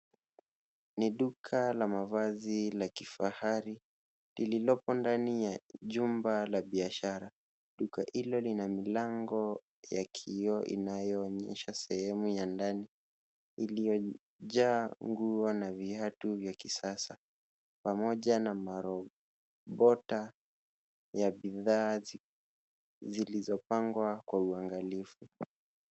Ni duka la mavazi la kifahari lililopo ndani ya jumba la biashara. Duka hili lina milango ya kioo inayoonyesha sehemu ya ndani iliyojaa nguo na viatu vya kisasa, pamoja na marobota yaya mavazi ziizopangwa kwa uangalifu.